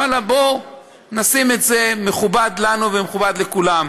ואללה, בואו נשים את זה, מכובד לנו ומכובד לכולם.